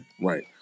Right